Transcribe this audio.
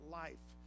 life